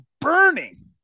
burning